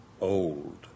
old